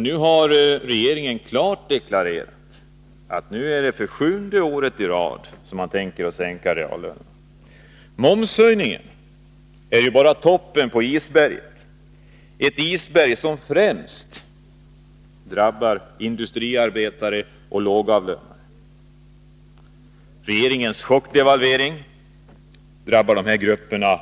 Nu har regeringen klart deklarerat att man för sjunde året i rad tänker sänka reallönerna. Momshöjningen är bara toppen på isberget, och försämringarna totalt sett drabbar främst industriarbetare och andra lågavlönade. Regeringens chockdevalvering drabbar dessa grupper